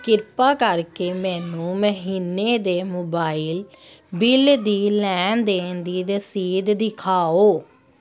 ਕਿਰਪਾ ਕਰਕੇ ਮੈਨੂੰ ਮਹੀਨੇ ਦੇ ਮੋਬਾਈਲ ਬਿੱਲ ਦੀ ਲੈਣ ਦੇਣ ਦੀ ਰਸੀਦ ਦਿਖਾਓ